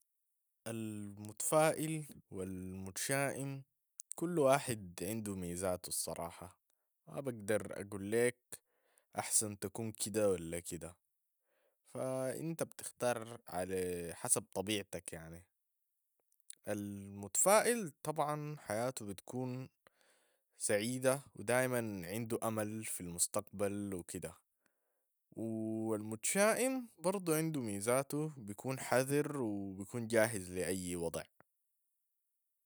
المتفائل و المتشائم كل واحد عندو ميزاته، الصراحة، ما بقدر أقول ليك أحسن تكون كده ولا كده، فإنت بتختار على حسب طبيعتك يعني، المتفائل طبعاً حياتو بتكون سعيدة و دايماً عندو أمل في المستقبل و كده و المتشائم برضو عندو ميزاتو، بيكون حذر و بيكون جاهز لأي وضع.